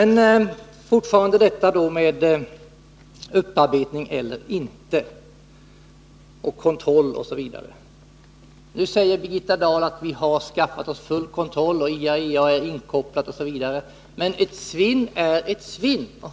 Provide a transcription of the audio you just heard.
När det gäller frågan om upparbetning eller inte säger Birgitta Dahl nu att vi har skaffat oss full kontroll, bl.a. genom att IAEA är inkopplat. Men ett svinn är ett svinn.